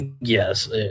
Yes